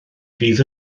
fydd